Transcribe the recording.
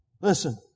Listen